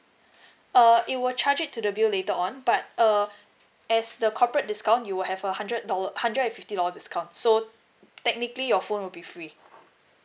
uh it will charge it to the bill later on but uh as the corporate discount you will have a hundred dollar hundred and fifty dollar discount so technically your phone will be free